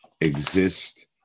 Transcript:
exist